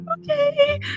Okay